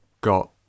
got